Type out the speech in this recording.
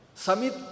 Samit